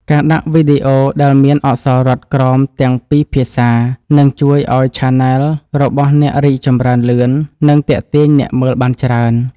ការដាក់វីដេអូដែលមានអក្សររត់ក្រោមទាំងពីរភាសានឹងជួយឱ្យឆានែលរបស់អ្នករីកចម្រើនលឿន និងទាក់ទាញអ្នកមើលបានច្រើន។